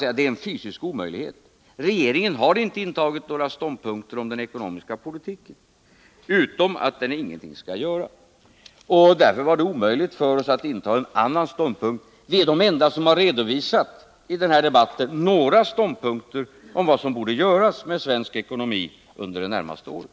Men det är en fysisk omöjlighet. Regeringen har inte intagit några ståndpunkter alls beträffande den ekonomiska politiken utom den att ingenting skall göras. Därför är det omöjligt för oss att inta en annan ståndpunkt. Vi är de enda som i denna debatt har redovisat några åsikter om vad som borde göras med svensk ekonomi under de närmaste åren.